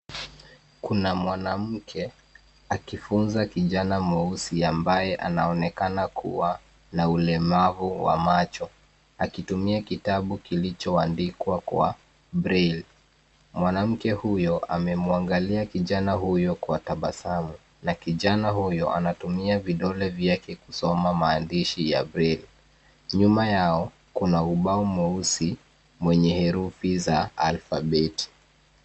Kuna mwanamke akifunza kijana mweusi ambaye anaonekana kuwa na ulemavu wa macho, akitumia kitabu kilichoandikwa kwa braille . Mwanamke huyo amemwangalia kijana huyo kwa tabasamu na kijana huyo anatumia vidole vyake kusoma maandishi ya braille . Nyuma yao kuna ubao mweusi mwenye herufi za alfabeti.